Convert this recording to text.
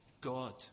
God